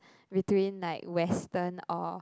between like Western or